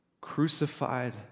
crucified